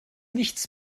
nichts